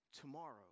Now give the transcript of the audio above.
tomorrow